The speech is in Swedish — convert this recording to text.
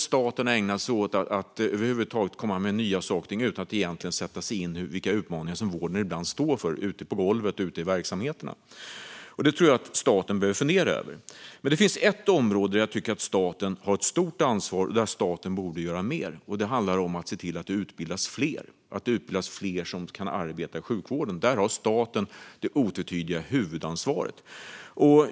Staten har över huvud taget ägnat sig åt att komma med nya saker utan att egentligen sätta sig in i vilka utmaningar vården ibland står inför ute på golvet och i verksamheterna. Det tror jag att staten behöver fundera över. Men det finns ett område där jag tycker att staten har ett stort ansvar och borde göra mer. Det handlar om att se till att det utbildas fler som kan arbeta i sjukvården. Där har staten det otvetydiga huvudansvaret.